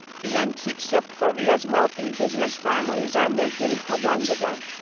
the antics of korea's wealthy business families are making headlines again.